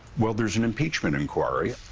well, there's an impeachment inquiry.